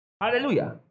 Hallelujah